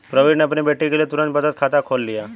प्रवीण ने अपनी बेटी के लिए तुरंत बचत खाता खोल लिया